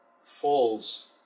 falls